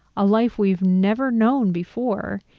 a life we've never known before,